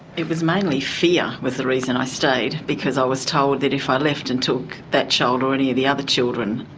it was mainly fear was the reason i stayed because i was told that if i left and took that child or any of the other children,